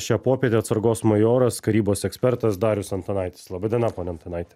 šią popietę atsargos majoras karybos ekspertas darius antanaitis laba diena pone antanaiti